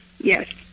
yes